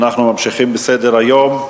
אנחנו ממשיכים בסדר-היום.